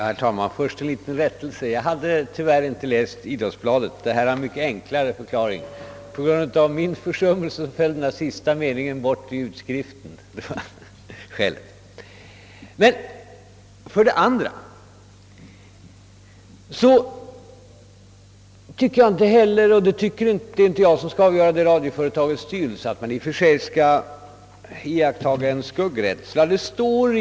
Herr talman! För det första en liten rättelse. Jag har tyvärr inte läst Idrottsbladet. Mitt tillägg har en mycket enklare förklaring: på grund av min försummelse föll den sista meningen bort vid utskriften av svaret. För det andra tycker inte heller jag att man skall visa någon skuggrädsla, men det är inte jag som skall avgöra dessa frågor utan det är radioföretagets styrelse.